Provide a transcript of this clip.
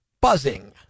buzzing